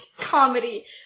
comedy